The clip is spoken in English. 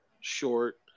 short